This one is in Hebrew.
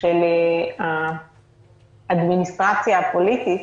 של האדמיניסטרציה הפוליטית,